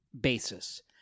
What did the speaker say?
basis